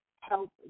help